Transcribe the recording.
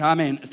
Amen